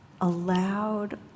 allowed